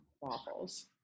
waffles